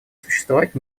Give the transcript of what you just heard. существовать